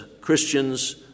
Christians